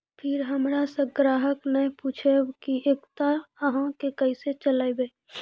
फिर हमारा से ग्राहक ने पुछेब की एकता अहाँ के केसे चलबै?